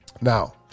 Now